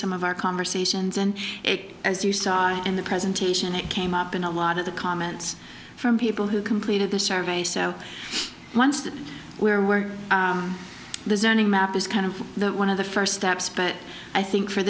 some of our conversations and it as you saw in the presentation it came up in a lot of the comments from people who completed the survey so once that we're we're the zoning map is kind of one of the first steps but i think for